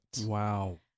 Wow